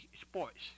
sports